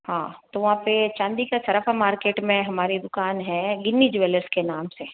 हाँ तो वहाँ पे चांदी का सराफा मार्केट में हमारी दुकान है लिनी ज्वेलर्स के नाम से